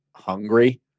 hungry